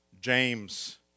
James